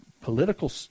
political